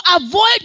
avoid